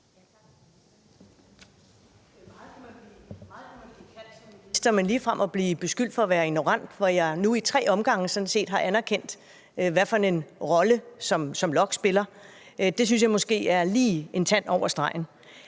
set har anerkendt, hvad for en rolle LOKK spiller, synes jeg måske er lige en tand over stregen.